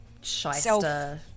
shyster